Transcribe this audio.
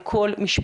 על כל המשפחה,